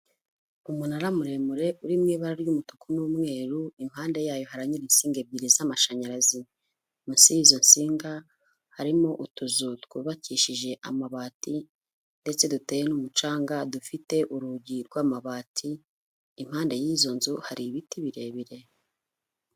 Umunara muremure uri mu ibara ry'umutuku n'umweru, impande yayo haranyara ibisinga ebyiri z'amashanyarazi, munsi y'izo nsinga harimo utuzu twubakishije amabati ndetse duteye n'umucanga, dufite urugi rw'amabati, impande y'izo nzu hari ibiti birebire.